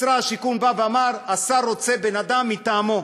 משרד השיכון אמר: השר רוצה בן-אדם מטעמו,